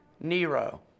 Nero